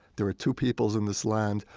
there are two peoples in this land.